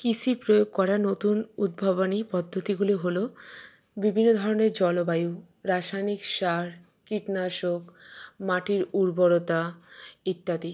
কৃষি প্রয়োগ করা নতুন উদ্ভাবনী পদ্ধতিগুলি হলো বিভিন্ন ধরণের জলবায়ু রাসায়নিক সার কীটনাশক মাটির উর্বরতা ইত্যাদি